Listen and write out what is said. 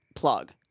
plug